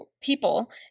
People